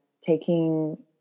taking